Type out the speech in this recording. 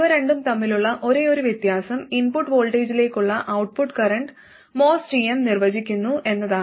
ഇവ രണ്ടും തമ്മിലുള്ള ഒരേയൊരു വ്യത്യാസം ഇൻപുട്ട് വോൾട്ടേജിലേക്കുള്ള ഔട്ട്പുട്ട് കറന്റ് MOS gm നിർവചിക്കുന്നു എന്നതാണ്